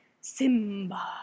Simba